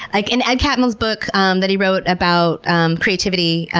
like in ed catmull's book um that he wrote about um creativity,